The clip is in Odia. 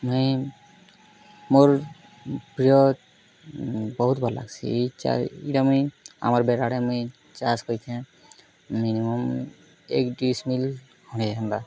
ମୁଇଁ ମୋର୍ ପ୍ରିୟ ବହୁତ୍ ଭଲ୍ ଲାଗସି ଏଇ ଚାଇ ଇଟା ମୁଇଁ ଆମର୍ ବେଢ଼ାରେ ମୁଇଁ ଚାଷ୍ କରିଥେଁ ମିନିମମ୍ ଏକ୍ ଡିସମିଲ୍ ଖଣ୍ଡେ ହେମତା